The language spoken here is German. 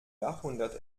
jahrhundert